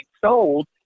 sold